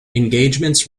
engagements